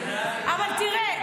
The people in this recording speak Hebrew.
אבל תראה,